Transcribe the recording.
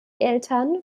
eltern